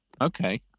Okay